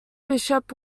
bishop